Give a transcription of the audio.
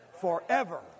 forever